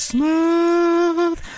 Smooth